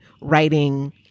writing